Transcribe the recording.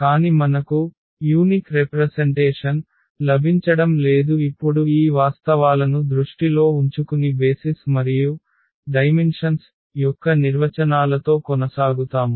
కాని మనకు unique representation లభించడం లేదు ఇప్పుడు ఈ వాస్తవాలను దృష్టిలో ఉంచుకుని బేసిస్ మరియు డైమెన్షన్ యొక్క నిర్వచనాలతో కొనసాగుతాము